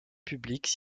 publique